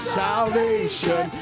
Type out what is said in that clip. salvation